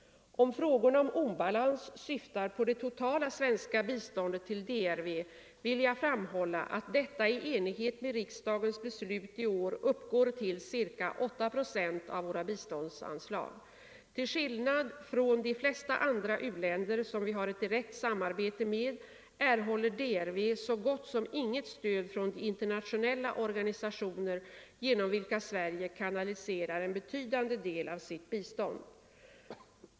Om frågorna om obalans syftar på det totala svenska biståndet till DRV vill jag framhålla att detta i enlighet med riksdagens beslut i år uppgår till ca 8 procent av våra biståndsanslag. Till skillnad från de flesta andra u-länder som vi har ett direkt samarbete med erhåller DRV så gott som inget stöd från de internationella organisationer genom vilka Sverige kanaliserar en betydande del av sitt bistånd.